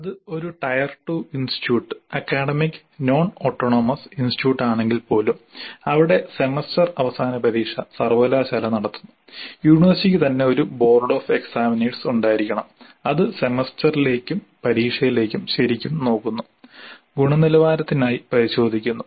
അത് ഒരു tier 2 institute academic non autonomous institute ആണെങ്കിൽ പോലും അവിടെ സെമസ്റ്റർ അവസാന പരീക്ഷ സർവകലാശാല നടത്തുന്നു യൂണിവേഴ്സിറ്റിക്ക് തന്നെ ഒരു ബോർഡ് ഓഫ് എക്സാമിനേഴ്സ് ഉണ്ടായിരിക്കണം അത് സെമസ്റ്ററിലേക്കും പരീക്ഷയിലേക്കും ശരിക്കും നോക്കുന്നു ഗുണനിലവാരത്തിനായി പരിശോധിക്കുന്നു